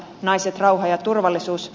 naiset rauha ja turvallisuus